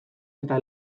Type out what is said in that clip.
eta